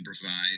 provide